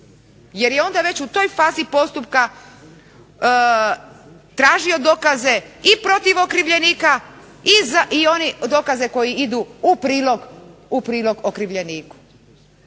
je već onda u toj fazi postupka tražio dokaze i protiv okrivljenika i one dokaze koji idu u prilog okrivljeniku.